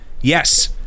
yes